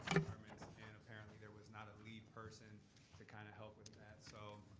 departments. and apparently there was not a lead person to kind of help with that. so,